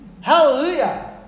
Hallelujah